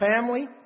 family